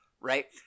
right